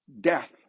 death